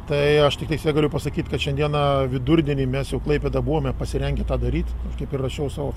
tai aš tiktais tiek galiu pasakyt kad šiandieną vidurdienį mes jau klaipėda buvome pasirengę tą daryti kaip ir rašiau savo